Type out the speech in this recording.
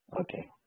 okay